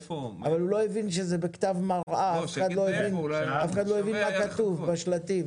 הוא לא הבין שזה בכתב מראה ואף אחד לא הצליח לקרוא את הכתוב בשלטים.